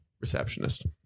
Receptionist